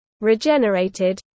regenerated